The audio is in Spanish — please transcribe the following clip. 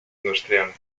industrial